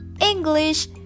English